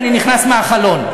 אני נכנס מהחלון.